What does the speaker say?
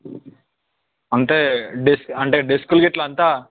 అంటే డిస్ అంటే డిస్కులు గిట్ల అంతా